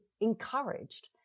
encouraged